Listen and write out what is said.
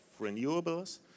renewables